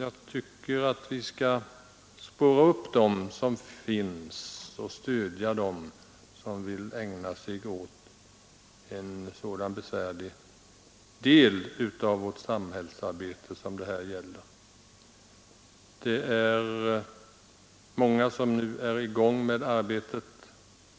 Jag tycker att vi skall spåra upp dem som finns och stödja dem som vill ägna sig åt denna besvärliga del av vårt samhällsarbete. Det är många som nu är i gång med arbetet.